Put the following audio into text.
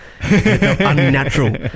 Unnatural